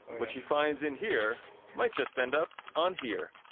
what she finds in here might just end up on here.